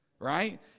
right